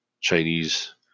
Chinese